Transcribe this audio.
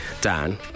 Dan